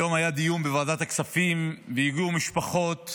היום היה דיון בוועדת הכספים והביאו משפחות